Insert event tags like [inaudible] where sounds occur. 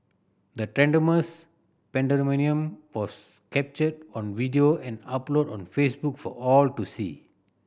the [unintelligible] pandemonium was captured on video and uploaded on Facebook for all to see